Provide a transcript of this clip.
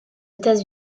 états